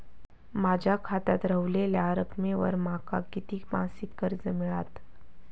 माझ्या खात्यात रव्हलेल्या रकमेवर माका किती मासिक कर्ज मिळात?